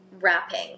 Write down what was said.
wrapping